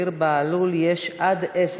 לזוהיר בהלול יש עד עשר דקות.